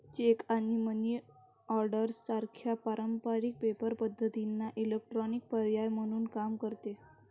check आणि money order सारख्या पारंपारिक पेपर पद्धतींना इलेक्ट्रॉनिक पर्याय म्हणून काम करते